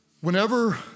Whenever